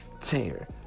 tear